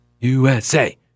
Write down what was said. USA